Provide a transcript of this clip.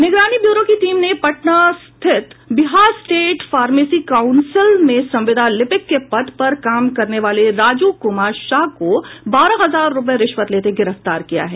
निगरानी ब्यूरो की टीम ने पटना स्थित बिहार स्टेट फॉर्मेसी काउंसिल में संविदा लिपिक के पद पर काम करने वाले राजू कुमार शाह को बारह हजार रूपये रिश्वत लेते गिरफ्तार किया है